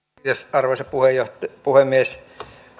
arvoisa puhemies